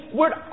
word